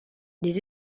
les